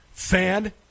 Fan